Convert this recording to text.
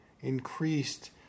increased